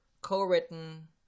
co-written